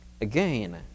Again